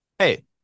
hey